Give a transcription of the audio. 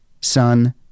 son